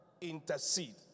intercede